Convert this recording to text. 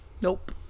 Nope